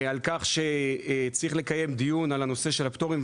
על כך שצריך לקיים דיון על הנושא של הפטורים,